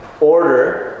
order